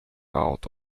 out